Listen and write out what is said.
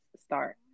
start